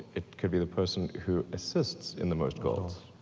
it could be the person who assists in the most goals,